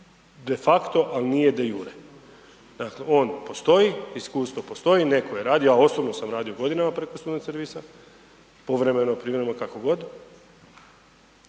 de facto, a nije de iure. Dakle on postoji, iskustvo postoji, neko je radio, ja osobno sam radio godinama preko student servisa, povremeno, privremeno kakogod